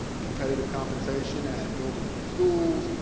competitive compensation and building new schools,